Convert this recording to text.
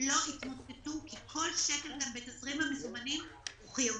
יתמוטטו כי כל שקל כאן בתזרים המזומנים הוא חיוני.